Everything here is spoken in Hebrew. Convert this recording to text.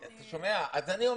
ה-950,